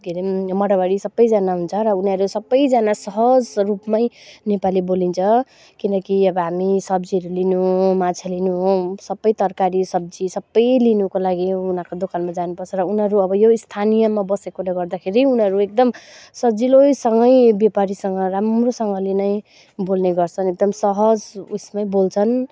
के अरे मारवाडी सबैजना हुन्छ र उनीहरू सबैजना सहज रूपमै नेपाली बोलिन्छ किनकि अब हामी सब्जीहरू लिनु माछा लिनु सबै तरकारी सब्जी सबै लिनुको लागि उनीहरूको दोकानमा जानुपर्छ र उनीहरू अब यो स्थानीयमा बसेकोले गर्दाखेरि उनीहरू एकदम सजिलैसँग व्यापारीसँग राम्रोसँगले नै बोल्ने गर्छन् एकदम सहज उसमै बोल्छन्